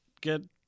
get